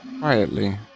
Quietly